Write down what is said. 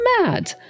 mad